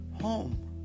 Home